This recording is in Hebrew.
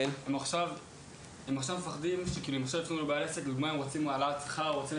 הם חוששים לדווח כי פוחדים